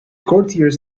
courtiers